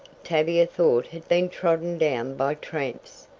tavia thought had been trodden down by tramps.